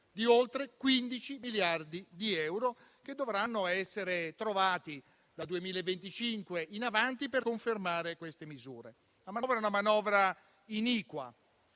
con oltre 15 miliardi di euro che dovranno essere trovati, dal 2025 in avanti, per confermare queste misure. È una manovra iniqua;